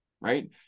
Right